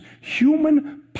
human